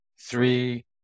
Three